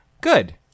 Good